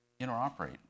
interoperate